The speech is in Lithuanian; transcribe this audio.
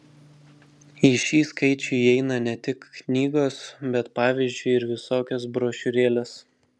į šį skaičių įeina ne tik knygos bet pavyzdžiui ir visokios brošiūrėlės